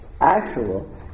actual